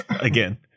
again